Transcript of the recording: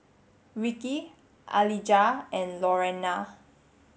Ricky Alijah and Lorena